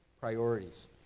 priorities